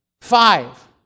Five